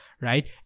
right